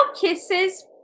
Kisses